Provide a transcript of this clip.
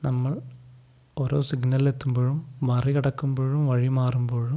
നമ്മൾ ഓരോ സിഗ്നൽ എത്തുമ്പോഴും മറികടക്കുമ്പോഴും വഴി മാറുമ്പോഴും